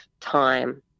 time